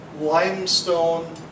limestone